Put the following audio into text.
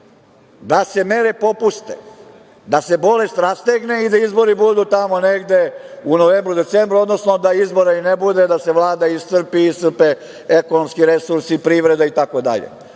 da se mere popuste, da se bolest rastegne i da izbori budu tamo negde u novembru, decembru, odnosno da izbora ne bude, da se Vlada iscrpi, iscrpe ekonomski resursi, privreda, itd.